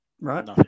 right